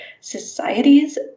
societies